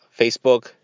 Facebook